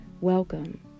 Welcome